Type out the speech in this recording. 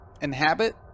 inhabit